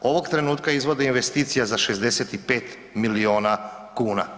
Ovog trenutka izvode investicija za 65 milijuna kuna.